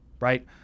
right